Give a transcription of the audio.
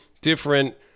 different